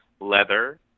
Leather